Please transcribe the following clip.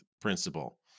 principle